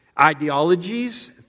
ideologies